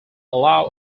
allow